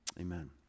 amen